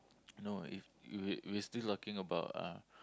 no if you we we're still talking about uh